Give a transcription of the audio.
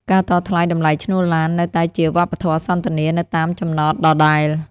ការតថ្លៃតម្លៃឈ្នួលឡាននៅតែជាវប្បធម៌សន្ទនានៅតាមចំណតដដែល។